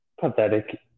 pathetic